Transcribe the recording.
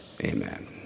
amen